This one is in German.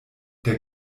der